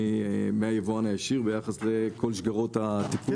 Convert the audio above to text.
מהיבואן הראשי ביחס לכל שגרות הטיפול ברכב.